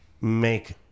make